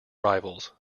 rivals